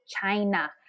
China